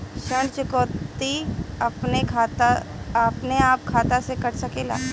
ऋण चुकौती अपने आप खाता से कट सकेला?